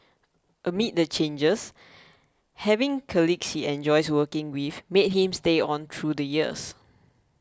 amid the changes having colleagues he enjoys working with made him stay on through the years